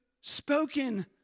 spoken